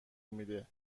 میده